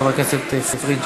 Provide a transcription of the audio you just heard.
חבר הכנסת פריג'.